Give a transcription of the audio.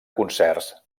concerts